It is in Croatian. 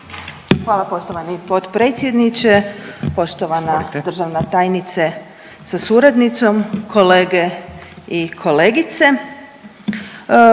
poštovani potpredsjedniče HS-a, poštovana državni tajnice sa suradnicom, kolegice i kolege.